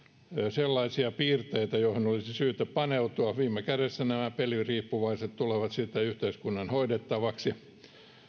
sellaisia piirteitä joihin olisi syytä paneutua viime kädessä nämä peliriippuvaiset tulevat sitten yhteiskunnan hoidettavaksi